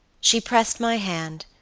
she pressed my hand,